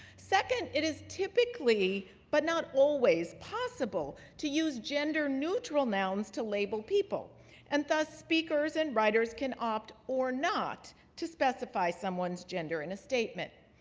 second, it is typically, but not always, possible to use gender neutral neutral nouns to label people and thus, speakers and writers can opt or not to specify someone's gender in a statement.